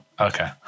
Okay